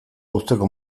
uzteko